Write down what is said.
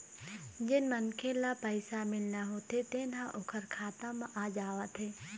जेन मनखे ल पइसा मिलना होथे तेन ह ओखर खाता म आ जावत हे